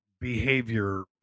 behavior